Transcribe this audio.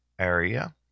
area